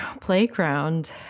playground